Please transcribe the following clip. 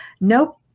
Nope